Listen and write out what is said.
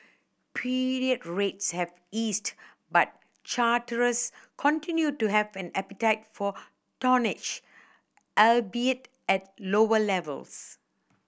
period rates have eased but charterers continued to have an appetite for tonnage albeit at lower levels